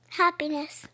happiness